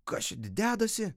kas čia dedasi